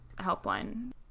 helpline